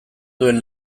duen